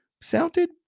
sounded